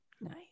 Nice